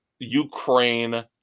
ukraine